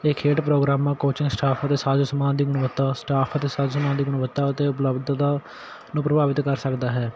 ਇਹ ਖੇਡ ਪ੍ਰੋਗਰਾਮਾਂ ਕੋਚਿੰਗ ਸਟਾਫ ਅਤੇ ਸਾਜੋ ਸਮਾਨ ਦੀ ਗੁਣਵੱਤਾ ਸਟਾਫ ਅਤੇ ਸਾਜੋ ਸਮਾਨ ਦੀ ਗੁਣਵੱਤਾ ਅਤੇ ਉਪਲਬਧਤਾ ਨੂੰ ਪ੍ਰਭਾਵਿਤ ਕਰ ਸਕਦਾ ਹੈ